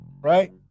Right